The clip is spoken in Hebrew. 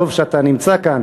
טוב שאתה נמצא כאן,